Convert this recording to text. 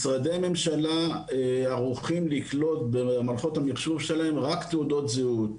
משרדי ממשלה ארוכים לקלוט במערכות המיחשוב שלהם רק תעודות זהות.